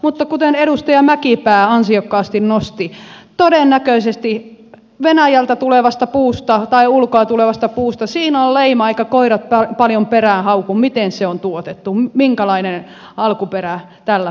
mutta kuten edustaja mäkipää ansiokkaasti nosti esille todennäköisesti venäjältä tulevassa puussa tai ulkoa tulevassa puussa on leima eivätkä koirat paljon perään hauku miten se on tuotettu minkälainen alkuperä tällä puulla on